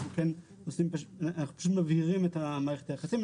אנחנו פשוט מבהירים את מערכת היחסים.